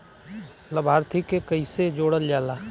लभार्थी के कइसे जोड़ल जाला?